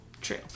True